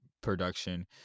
production